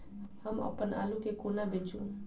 हम अप्पन आलु केँ कोना बेचू?